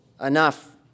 enough